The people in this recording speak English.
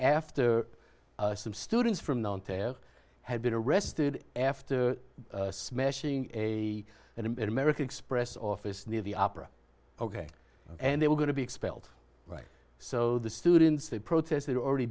after some students from the interior had been arrested after smashing a an american express office near the opera ok and they were going to be expelled right so the students they protested already